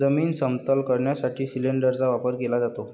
जमीन समतल करण्यासाठी सिलिंडरचा वापर केला जातो